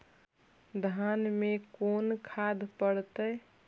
धान मे कोन खाद पड़तै?